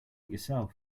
yourself